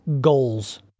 GOALS